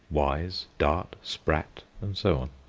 wise, dart, sprat, and so on.